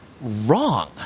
wrong